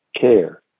care